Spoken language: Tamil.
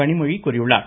கனிமொழி கூறியுள்ளார்